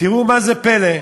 תראו מה זה פלא.